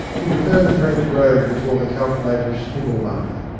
he pre ferred the frank rogue before the calculating snivelmonger.